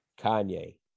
kanye